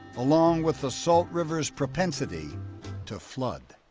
along with the salt river's propensity to flood.